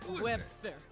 Webster